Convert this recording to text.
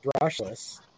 brushless